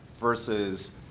versus